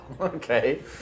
Okay